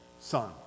son